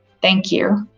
thank you,